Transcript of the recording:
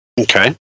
Okay